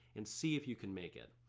and see if you can make it.